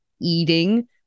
eating